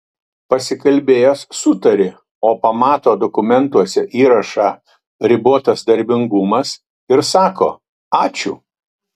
pasikalbėjęs sutari o pamato dokumentuose įrašą ribotas darbingumas ir sako ačiū